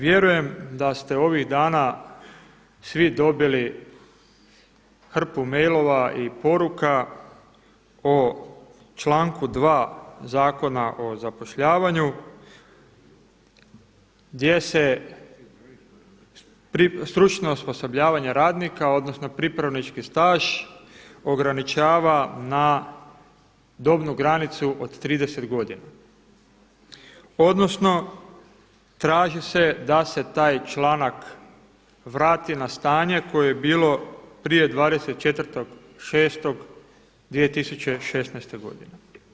Vjerujem da ste ovih dana svi dobili hrpu mailova i poruka o članku 2. Zakona o zapošljavanju gdje se stručno osposobljavanje radnika odnosno pripravnički staž ograničava na dobnu granicu od 30 godina odnosno traži se da se taj članak vrati na stanje koje je bilo prije 24.6.2016. godine.